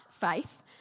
faith